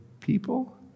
people